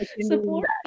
Support